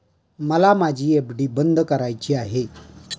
मला माझी एफ.डी बंद करायची आहे